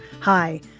Hi